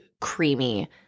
creamy